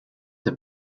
der